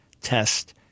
test